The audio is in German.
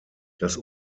das